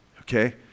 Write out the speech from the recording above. okay